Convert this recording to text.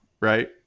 right